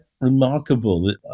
remarkable